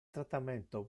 trattamento